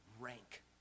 rank